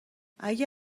اگه